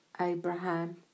Abraham